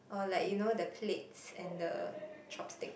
or like you know the plates and the chopstick